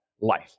life